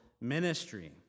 ministry